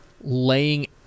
laying